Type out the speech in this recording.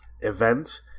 event